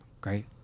Great